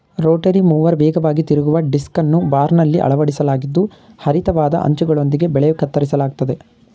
Rotary mower ವೇಗವಾಗಿ ತಿರುಗುವ ಡಿಸ್ಕನ್ನು ಬಾರ್ನಲ್ಲಿ ಅಳವಡಿಸಲಾಗಿದ್ದು ಹರಿತವಾದ ಅಂಚುಗಳೊಂದಿಗೆ ಬೆಳೆ ಕತ್ತರಿಸಲಾಗ್ತದೆ